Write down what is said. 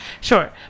Sure